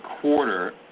quarter